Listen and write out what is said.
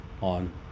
on